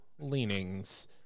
leanings